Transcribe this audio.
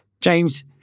James